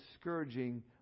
scourging